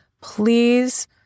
please